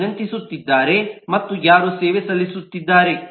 ಯಾರು ವಿನಂತಿಸುತ್ತಿದ್ದಾರೆ ಮತ್ತು ಯಾರು ಸೇವೆ ಸಲ್ಲಿಸುತ್ತಿದ್ದಾರೆ